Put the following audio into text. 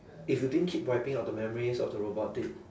if you didn't keep wiping out the memories of the robot did